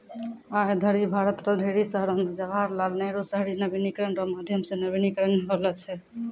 आय धरि भारत रो ढेरी शहरो मे जवाहर लाल नेहरू शहरी नवीनीकरण रो माध्यम से नवीनीकरण होलौ छै